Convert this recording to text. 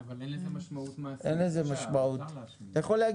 אבל אין לזה משמעות מעשית עכשיו, אפשר להשמיע.